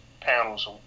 panels